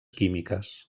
químiques